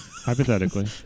Hypothetically